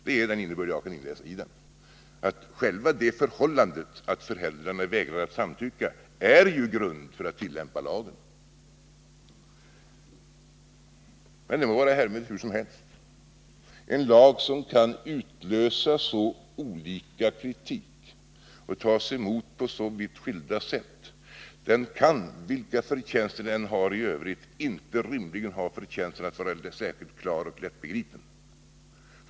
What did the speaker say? Det är den innebörd jag kan inläsa i den — själva det förhållandet att föräldrarna vägrar att samtycka är ju grund för att tillämpa lagen. Men det må vara härmed hur som helst. En lag som kan utlösa så olika kritik och tas emot på så vitt skilda sätt kan, vilka förtjänster den än har i Övrigt, inte rimligen ha förtjänsten att vara särskilt klar och lättbegriplig.